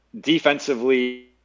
defensively